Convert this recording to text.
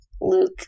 Luke